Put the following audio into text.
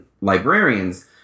librarians